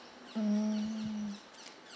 mm